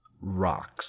rocks